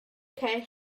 cae